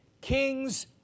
Kings